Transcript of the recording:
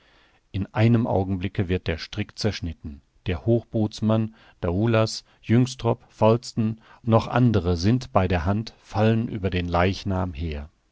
in einem augenblicke wird der strick zerschnitten der hochbootsmann daoulas jynxtrop falsten noch andere sind bei der hand fallen über den leichnam her